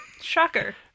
Shocker